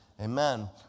Amen